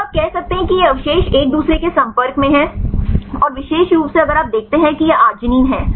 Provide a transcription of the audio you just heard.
तो आप कह सकते हैं कि ये अवशेष एक दूसरे के संपर्क में हैं और विशेष रूप से अगर आप देखते हैं कि यह आर्गिनिन है